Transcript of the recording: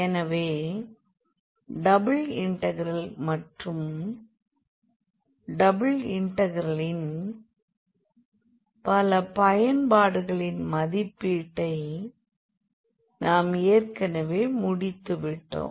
எனவே double integral மற்றும் double இன்டெக்ரலின் பல பயன்பாடுகளின் மதிப்பீட்டை நாம் ஏற்கனவே முடித்துவிட்டோம்